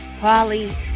Polly